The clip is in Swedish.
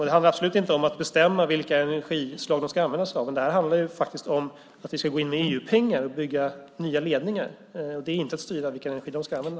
Det handlar absolut inte om att bestämma vilka energislag de ska använda sig av. Det handlar om att vi ska gå in med EU-pengar och bygga nya ledningar. Det är inte att styra vilken energi de ska använda.